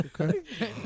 Okay